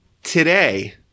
Today